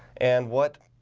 and what?